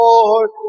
Lord